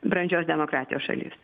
brandžios demokratijos šalis